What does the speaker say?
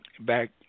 back